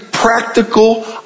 Practical